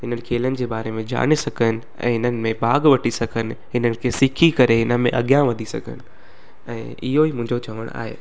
इन्हनि खेलनि जे बारे में ॼाणे सघनि ऐं इन्हनि में भाग वठी सघनि इन्हनि खे सिखी करे हिनमें अॻियां वधी सघनि ऐं इहेई मुंहिंजो चवण आहे